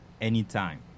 anytime